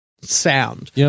sound